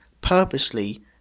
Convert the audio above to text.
purposely